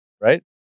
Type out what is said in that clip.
right